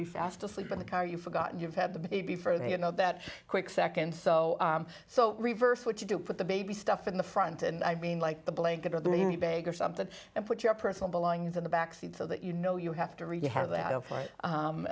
be fast asleep in the car you forgot you've had the baby for the you know that quick second so so reverse what you do put the baby stuff in the front and i mean like the blanket or the really big or something and put your personal belongings in the backseat so that you know you have to